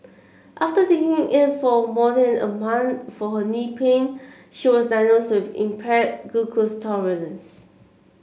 after taking it for more than a month for her knee pain she was diagnosed impaired glucose tolerance